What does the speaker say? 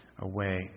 away